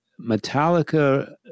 Metallica